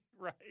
Right